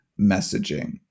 messaging